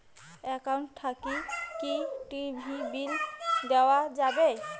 Account থাকি কি TV bill দেওয়া যাবে?